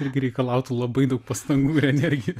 irgi reikalautų labai daug pastangų ir energijos